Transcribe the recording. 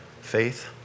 faith